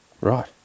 Right